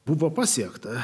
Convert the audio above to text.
buvo pasiekta